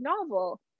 novel